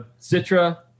Citra